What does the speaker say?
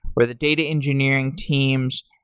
or the data engineering teams.